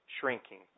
shrinking